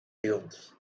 dunes